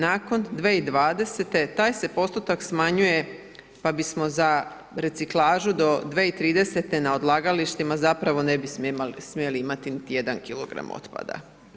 Nakon 2020. taj se postotak smanjuje pa bismo za reciklažu do 2030. na odlagalištima zapravo ne bismo smjeli imati niti jedan kilogram otpada.